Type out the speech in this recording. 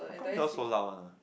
how come you all so loud one ah